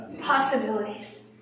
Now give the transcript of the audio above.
possibilities